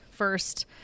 first